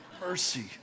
mercy